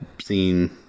seen